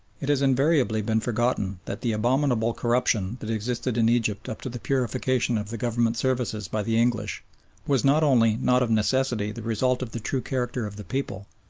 it has invariably been forgotten that the abominable corruption that existed in egypt up to the purification of the government services by the english was not only not of necessity the result of the true character of the people,